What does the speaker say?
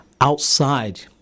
outside